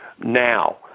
now